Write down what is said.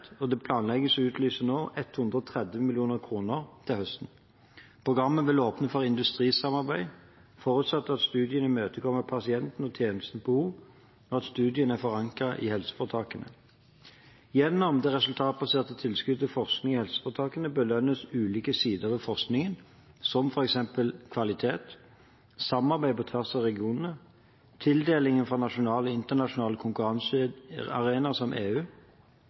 og det planlegges nå å utlyse 130 mill. kr til høsten. Programmet vil åpne for industrisamarbeid, forutsatt at studien imøtekommer pasientens og tjenestens behov, og at studien er forankret i helseforetakene. Gjennom det resultatbaserte tilskuddet til forskning i helseforetakene belønnes ulike sider ved forskningen, som f.eks. kvalitet, samarbeid på tvers av regioner, tildelinger fra nasjonale og internasjonale konkurransearenaer som EU,